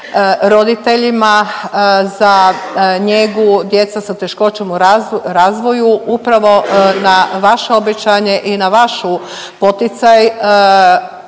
roditeljima za njegu djece sa teškoćom u razvoju upravo na vaše obećanje i na vaš poticaj